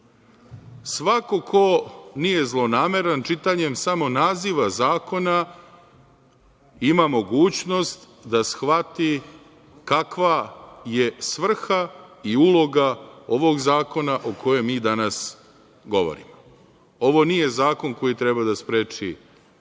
ko nije zlonameran, čitanjem samo naziva zakona ima mogućnost da shvati kakva je svrha i uloga ovog zakona o kojem mi danas govorimo. Ovo nije zakon koji treba da spreči bilo